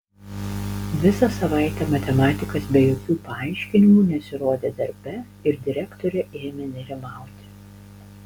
visą savaitę matematikas be jokių paaiškinimų nesirodė darbe ir direktorė ėmė nerimauti